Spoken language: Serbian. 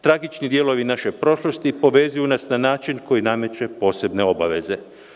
Tragični djelovi naše prošlosti povezuju nas na način koji nameće posebne obaveze.